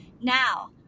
Now